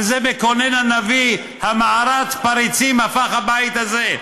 על זה מקונן הנביא: "המערת פריצים הפך הבית הזה"?